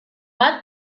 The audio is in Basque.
bat